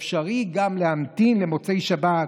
אפשרי גם להמתין למוצאי שבת,